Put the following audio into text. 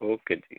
okay ਜੀ